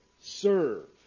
serve